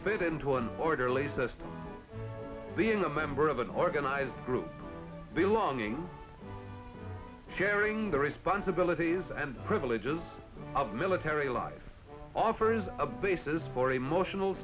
fit into an orderly system being a member of an organized group belonging sharing the responsibilities and privileges of military life offers a basis for emotional